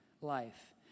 life